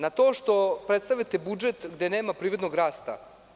Na to što predstavljate budžet gde nema privrednog rasta?